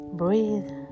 breathe